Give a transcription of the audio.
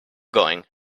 going